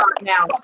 now